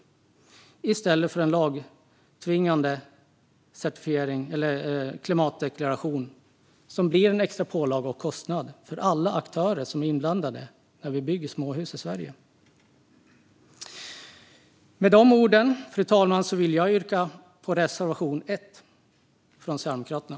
Det är i stället för en klimatdeklaration som är tvingande enligt lag som blir en extra pålaga och kostnad för alla aktörer som är inblandade när vi bygger småhus i Sverige. Fru talman! Med de orden vill jag yrka bifall till reservation 1 från Sverigedemokraterna.